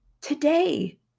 today